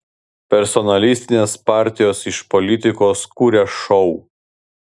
personalistinės partijos iš politikos kuria šou